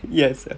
yes